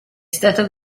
stato